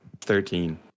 thirteen